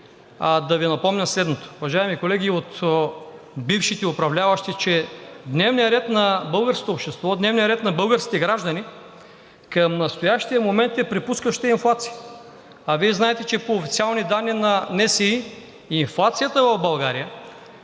да Ви напомня следното – уважаеми колеги от бившите управляващи, че дневният ред на българското общество, дневният ред на българските граждани към настоящия момент е препускащата инфлация. Вие знаете, че по официални данни на НСИ инфлацията в България